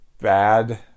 bad